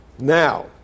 Now